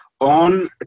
on